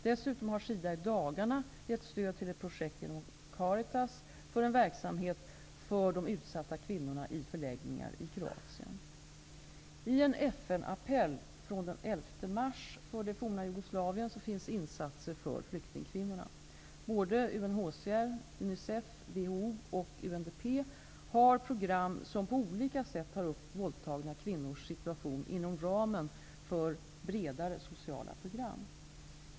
Dessutom har SIDA i dagarna gett stöd till ett projekt genom Jugoslavien, finns insatser för flyktingkvinnorna. UNHCR, UNICEF, WHO och UNDP har program som på olika sätt tar upp våldtagna kvinnors situation inom ramen för bredare sociala program.